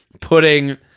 putting